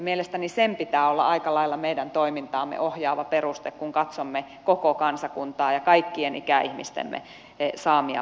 mielestäni sen pitää olla aika lailla meidän toimintaamme ohjaava peruste kun katsomme koko kansakuntaa ja kaikkien ikäihmistemme saamia palveluita